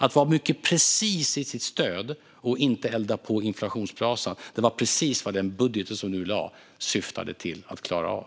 Att vara mycket precis i sitt stöd och inte elda på inflationsbrasan var precis vad den budget vi nu lade fram syftade till att klara av.